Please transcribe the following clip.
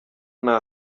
nta